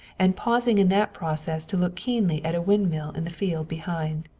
and pausing in that process to look keenly at a windmill in the field behind.